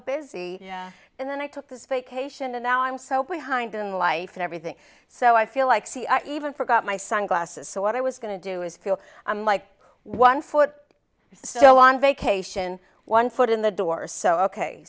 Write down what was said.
busy and then i took this vacation and now i'm so behind in life and everything so i feel like see i even forgot my sunglasses so what i was going to do is feel like one foot still on vacation one foot in the door so ok